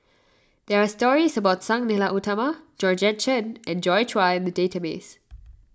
there are stories about Sang Nila Utama Georgette Chen and Joi Chua in the database